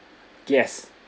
yes